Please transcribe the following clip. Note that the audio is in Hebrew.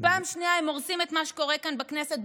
פעם שנייה הם הורסים את מה שקורה כאן בכנסת,